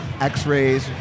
x-rays